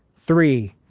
three,